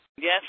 Yes